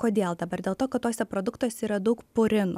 kodėl dabar dėl to kad tuose produktuose yra daug purinų